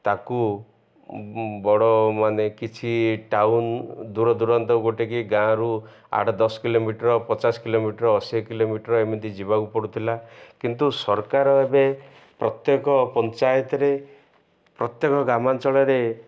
ତାକୁ ବଡ଼ ମାନେ କିଛି ଟାଉନ୍ ଦୂର ଦୂରାନ୍ତ ଗୋଟେକି ଗାଁରୁ ଆଠ ଦଶ କିଲୋମିଟର ପଚାଶ କିଲୋମିଟର ଅଶୀ କିଲୋମିଟର ଏମିତି ଯିବାକୁ ପଡ଼ୁଥିଲା କିନ୍ତୁ ସରକାର ଏବେ ପ୍ରତ୍ୟେକ ପଞ୍ଚାୟତରେ ପ୍ରତ୍ୟେକ ଗ୍ରାମାଞ୍ଚଳରେ